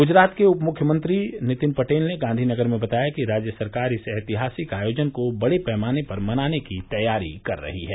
गुजरात के उपमुख्यमंत्री नीतिन पटेल ने गांधीनगर में बताया कि राज्य सरकार इस ऐतिहासिक आयोजन को बड़े पैमाने पर मनाने की तैयारी कर रही है